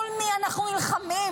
מול מי אנחנו נלחמים.